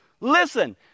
Listen